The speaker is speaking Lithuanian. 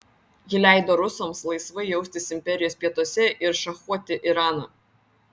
ji leido rusams laisvai jaustis imperijos pietuose ir šachuoti iraną